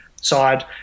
side